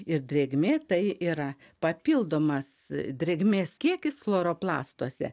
ir drėgmė tai yra papildomas drėgmės kiekis chloroplastuose